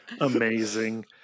Amazing